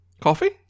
Coffee